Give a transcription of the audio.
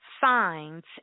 signs